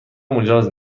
مجاز